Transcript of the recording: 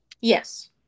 Yes